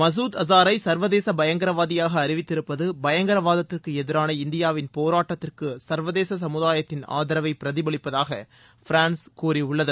மசூத் அசாரை சர்வதேச பயங்கரவாதியாக அறிவித்திருப்பது பயங்கரவாதத்திற்கு எதிரான இந்தியாவின் போராட்டத்திற்கு சா்வதேச கமுதாயத்தின் ஆதாவை பிரதிபலிப்பதாக பிரான்ஸ் கூறியுள்ளது